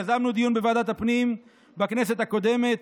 יזמנו דיון בוועדת הפנים בכנסת הקודמת,